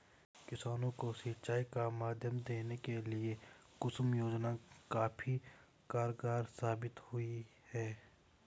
किसानों को सिंचाई का माध्यम देने के लिए कुसुम योजना काफी कारगार साबित हुई है